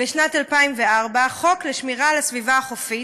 בשנת 2004, חוק שמירת הסביבה החופית.